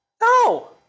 No